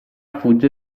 fugge